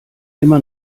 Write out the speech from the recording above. immer